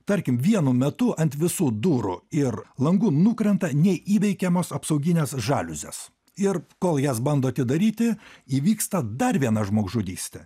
tarkim vienu metu ant visų durų ir langų nukrenta neįveikiamos apsauginės žaliuzės ir kol jas bando atidaryti įvyksta dar viena žmogžudystė